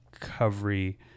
recovery